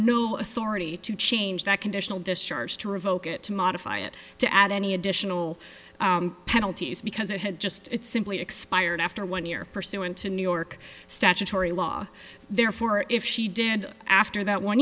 no authority to change that conditional discharge to revoke it to modify it to add any additional penalties because it had just simply expired after one year pursuant to new york statutory law therefore if she did after that one